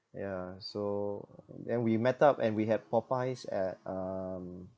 ya so then we met up and we had Popeyes at um